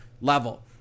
level